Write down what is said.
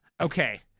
Okay